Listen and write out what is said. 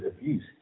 abuse